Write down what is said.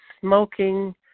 smoking